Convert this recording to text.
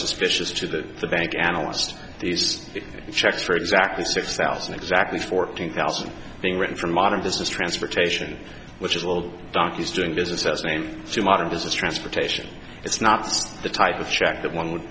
suspicious to the bank analyst these checks for exactly six thousand exactly fourteen thousand being written from modern business transportation which is a little duckies doing business as name she modern business transportation it's not the type of check that one would